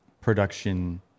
production